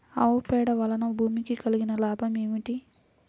ఆవు పేడ వలన భూమికి కలిగిన లాభం ఏమిటి?